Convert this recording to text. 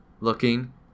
looking